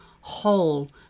whole